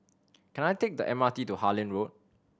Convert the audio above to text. can I take the M R T to Harlyn Road